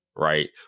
right